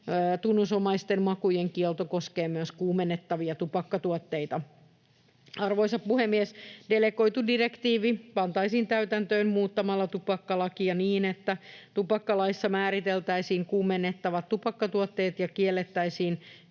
tunnusomaisten makujen kielto koskee myös kuumennettavia tupakkatuotteita. Arvoisa puhemies! Delegoitu direktiivi pantaisiin täytäntöön muuttamalla tupakkalakia niin, että tupakkalaissa määriteltäisiin kuumennettavat tupakkatuotteet ja kiellettäisiin